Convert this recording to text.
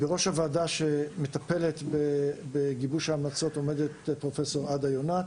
בראש הוועדה שמטפלת בגיבוש ההמלצות עומדת פרופסור עדה יונת.